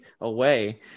away